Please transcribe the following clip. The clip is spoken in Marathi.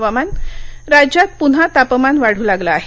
हवामान् राज्यात पुन्हा तापमान वाढू लागलं आहे